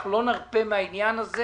אנחנו לא נרפה מהעניין הזה